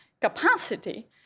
capacity